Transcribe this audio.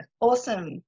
Awesome